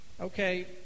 Okay